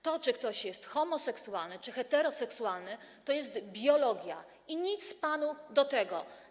To, czy ktoś jest homoseksualny, czy heteroseksualny, to jest biologia, i nic panu do tego.